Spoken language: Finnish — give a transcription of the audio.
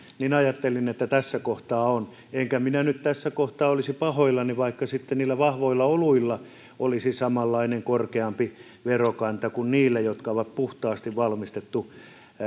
niin ajattelin että tässä kohtaa on enkä minä nyt tässä kohtaa olisi pahoillani vaikka sitten niillä vahvoilla oluilla olisi samanlainen korkeampi verokanta kuin niillä jotka on puhtaasti valmistettu